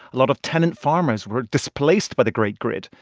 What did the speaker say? a lot of tenant farmers were displaced by the great grid.